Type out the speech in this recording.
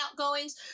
outgoings